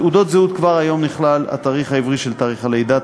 בתעודות זהות כבר היום נכלל התאריך העברי של יום הלידה,